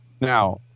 Now